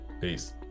Peace